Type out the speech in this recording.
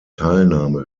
teilnahme